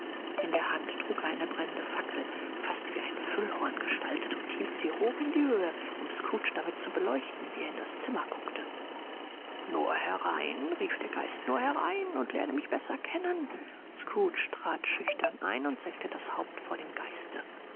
in der hand trug er eine brennende fackel fast wie ein füllhorn gestaltet und hielt sie hoch in die höhe um scrooge damit zu beleuchten wie er in das zimmer guckte nur herein rief der geist nur herein und lerne mich besser kennen scrooge trat schüchtern ein und senkte das haupt vor dem geiste